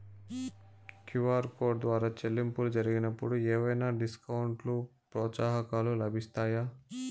QR code ద్వారా చెల్లింపులు జరిగినప్పుడు ఏవైనా డిస్కౌంట్ లు, ప్రోత్సాహకాలు లభిస్తాయా?